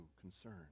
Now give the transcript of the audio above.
concern